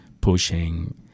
pushing